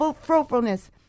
fruitfulness